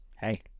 Hey